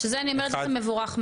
שזה אני אומרת מבורך מאוד.